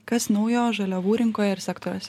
kas naujo žaliavų rinkoje ir sektoriuose